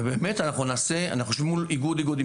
אנחנו יושבים מול כל איגוד ואיגוד.